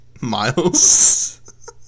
Miles